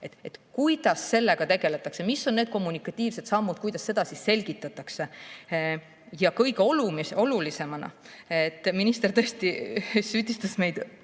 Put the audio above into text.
Kuidas sellega tegeldakse, mis on need kommunikatiivsed sammud, kuidas seda siis selgitatakse? Kõige olulisemana: minister süüdistas meid